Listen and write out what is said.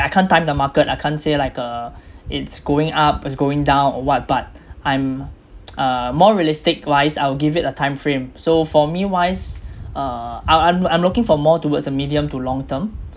I can't time the market I can't say like uh it's going up it's going down or what but I'm uh more realistic wise I'll give it a timeframe so for me wise uh I'll I'm I'm looking for more towards a medium to long term